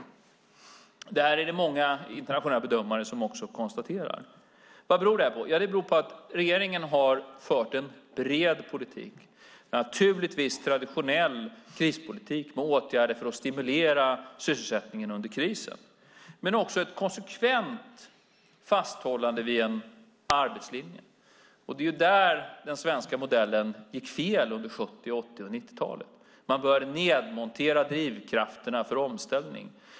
Detta konstaterar också många internationella bedömare. Vad beror det här på? Det beror på att regeringen har fört en bred politik. Det är naturligtvis en traditionell krispolitik med åtgärder för att stimulera sysselsättningen under krisen, men också ett konsekvent fasthållande vid en arbetslinje. Det är där den svenska modellen gick fel under 70-, 80 och 90-talet. Man började nedmontera drivkrafterna för omställning.